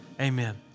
amen